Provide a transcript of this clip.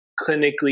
clinically